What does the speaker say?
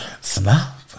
snap